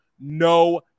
no